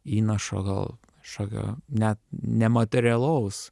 įnašo gal šokio net nematerialaus